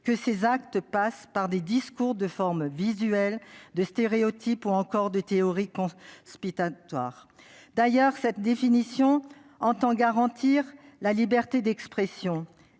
que ces actes passent par des discours de forme visuelle, des stéréotypes ou encore des théories conspirationnistes. D'ailleurs, cette définition tend à garantir la liberté d'expression.